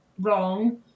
wrong